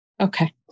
Okay